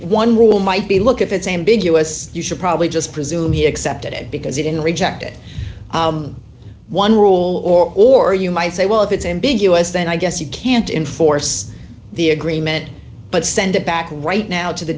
one rule might be look at that same big us you should probably just presume he accepted it because he didn't reject it one rule or or you might say well if it's ambiguous then i guess you can't enforce the agreement but send it back right now to the